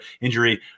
injury